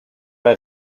bei